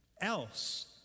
else